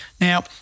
Now